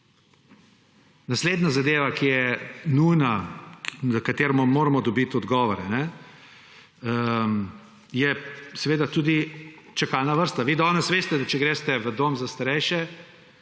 Naslednja zadeva, ki je nujna, na katero moramo dobiti odgovore, je seveda tudi čakalna vrsta. Vi danes veste, da če greste v dom za starejše